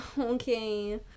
Okay